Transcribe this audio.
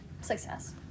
success